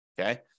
Okay